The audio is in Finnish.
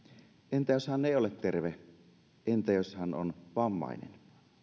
entä jos hän ei ole terve entä jos hän on vammainen